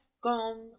gone